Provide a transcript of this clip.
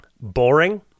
Boring